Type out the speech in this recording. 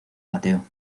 mateo